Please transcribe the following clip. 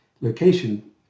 location